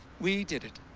we did it